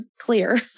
clear